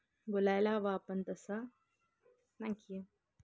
बोलायला हवं आपण तसा थँक्यू